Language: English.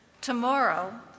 Tomorrow